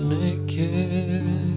naked